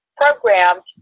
programmed